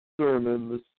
sermon